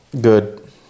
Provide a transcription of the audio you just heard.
Good